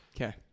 Okay